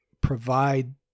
provide